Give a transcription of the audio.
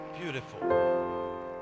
Beautiful